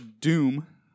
doom